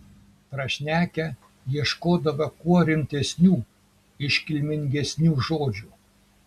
prašnekę ieškodavo kuo rimtesnių iškilmingesnių žodžių